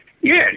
yes